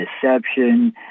deception